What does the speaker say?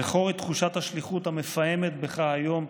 זכור את תחושת השליחות המפעמת בך היום,